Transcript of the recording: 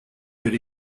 could